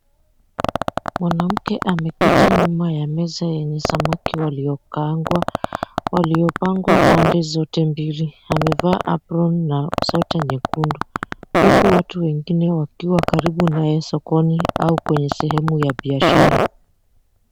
Mwanamke ameketi nyuma ya meza yenye samaki waliokaangwa, waliopangwa pande zote mbili. Amevaa apron na sweta nyekundu. Huku watu wengine wakiwa karibu na yeye sokoni, au kwenye sehemu ya biashara.